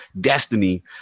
Destiny